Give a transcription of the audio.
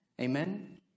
Amen